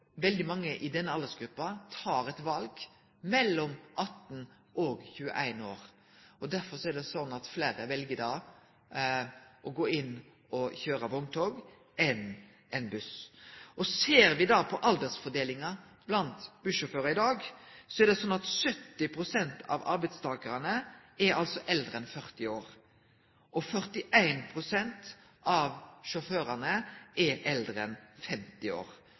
Veldig mange i denne aldersgruppa, mellom 18 og 21 år, tek eit val. Derfor er det sånn at fleire vel å kjøre vogntog enn buss. Ser me på aldersfordelinga blant bussjåførar i dag, er det sånn at 70 pst. av arbeidstakarane er eldre enn 40 år, og 41 pst. av sjåførane er eldre enn 50 år.